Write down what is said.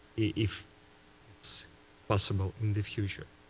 if it's possible, in the future?